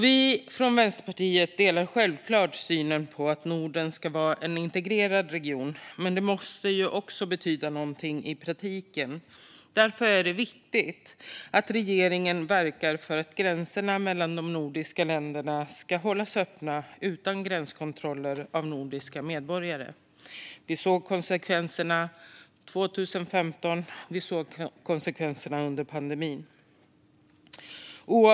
Vi i Vänsterpartiet delar självklart synen att Norden ska vara en integrerad region, men det måste också betyda någonting i praktiken. Därför är det viktigt att regeringen verkar för att gränserna mellan de nordiska länderna ska hållas öppna utan gränskontroller av nordiska medborgare. Vi såg konsekvenserna 2015, och vi såg konsekvenserna under pandemin.